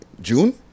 June